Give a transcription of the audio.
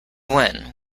when